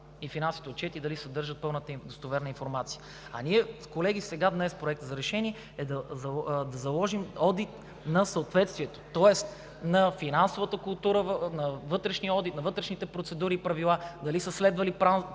и финансовите отчети дали съдържат пълната и достоверна информация. А ние, колеги, сега, днес с Проекта за решение, е да заложим одит на съответствието, тоест на финансовата култура, на вътрешния одит, на вътрешните процедури и правила, дали са следвали план